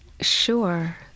Sure